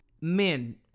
Men